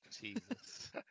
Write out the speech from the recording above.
Jesus